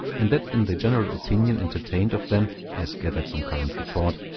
and that in the general opinion entertained of them, as gathered from current report,